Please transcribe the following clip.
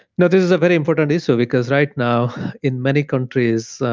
no, this is a very important issue because right now in many countries,